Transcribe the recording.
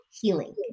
healing